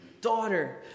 Daughter